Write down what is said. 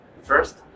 first